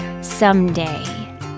someday